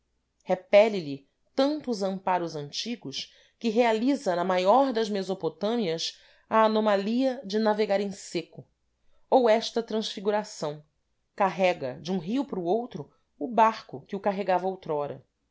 tanto os amparos antigos que realiza na maior das mesopotâmias a anomalia de navegar em seco ou esta transfiguração carrega de um rio para o outro o barco que o carregava outrora